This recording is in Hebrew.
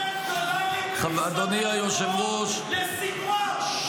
העברתם דולרים במזוודות עור לסנוואר,